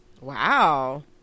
Wow